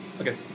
Okay